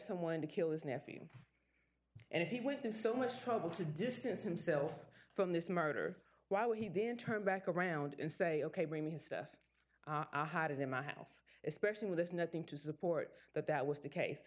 someone to kill his nephew and he went through so much trouble to distance himself from this murder while he didn't turn back around and say ok marry me and stuff it in my house especially when there's nothing to support that that was the case